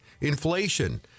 inflation